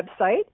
website